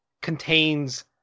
contains